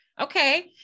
Okay